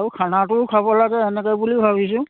আৰু খানাটোও খাব লাগে এনেকৈ বুলি ভাবিছোঁ